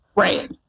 Right